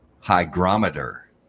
hygrometer